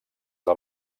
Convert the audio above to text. del